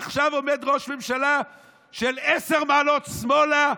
עכשיו עומד ראש ממשלה של עשר מעלות שמאלה,